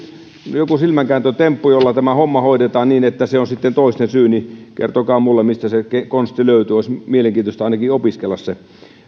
joku silmänkääntötemppu jolla tämä homma hoidetaan niin että se on sitten toisten syy niin kertokaa minulle mistä se konsti löytyy olisi mielenkiintoista ainakin opiskella se